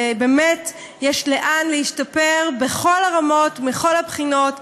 באמת, יש לאן להשתפר בכל הרמות, מכל הבחינות.